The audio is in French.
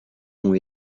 ont